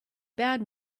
bad